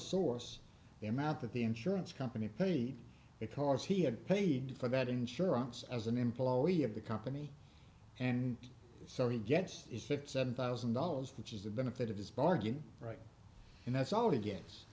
source the amount that the insurance company paid because he had paid for that insurance as an employee of the company and so he gets fifty seven thousand dollars which is the benefit of his bargain right and that's all he gets